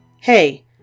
Hey